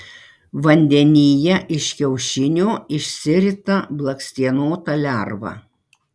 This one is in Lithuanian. vandenyje iš kiaušinio išsirita blakstienota lerva